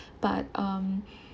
but um